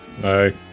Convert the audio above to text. Hi